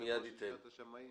ליושב-ראש לשכת השמאים